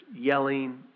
yelling